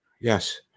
Yes